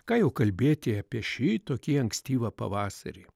ką jau kalbėti apie šitokį ankstyvą pavasarį